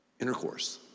intercourse